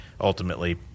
ultimately